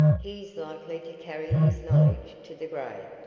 he is likely to carry his knowledge to the grave.